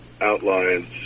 outlines